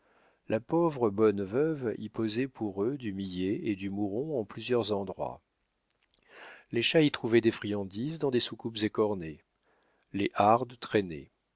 la pauvre bonne veuve y posait pour eux du millet et du mouron en plusieurs endroits les chats y trouvaient des friandises dans des soucoupes écornées les hardes